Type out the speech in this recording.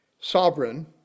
Sovereign